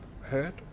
hurt